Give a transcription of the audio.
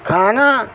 खाना